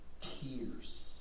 tears